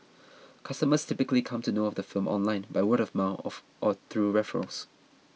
customers typically come to know of the firm online by word of mouth of or through referrals